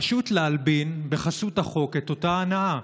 פשוט להלבין בחסות החוק את אותה הונאה.